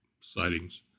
sightings